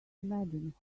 imagine